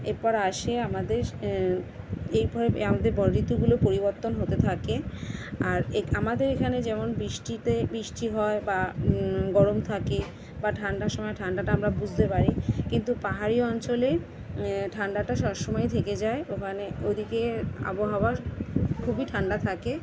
এরপর আসে আমাদের এরপরে আমাদের ব ঋতুগুলো পরিবর্তন হতে থাকে আর এক আমাদের এখানে যেমন বৃষ্টিতে বৃষ্টি হয় বা গরম থাকে বা ঠান্ডার সময় ঠান্ডাটা আমরা বুসদে পারি কিন্তু পাহাড়ি অঞ্চলে ঠান্ডাটা সব সময়ই থেকে যায় ওখানে ওই দিকে আবহাওয়ার খুবই ঠান্ডা থাকে